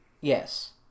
Yes